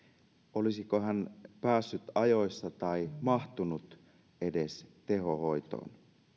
olisiko hän päässyt ajoissa tai edes mahtunut tehohoitoon